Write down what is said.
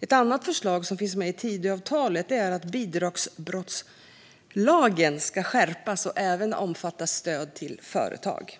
Ett annat förslag, som finns med i Tidöavtalet, är att bidragsbrottslagen ska skärpas och även omfatta stöd till företag.